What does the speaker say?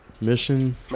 Mission